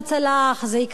אז זה יקרה השבוע,